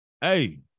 hey